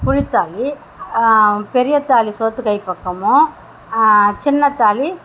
புதுத்தாலி பெரிய தாலி சோத்துக்கை பக்கமும் சின்னத்தாலி